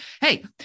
hey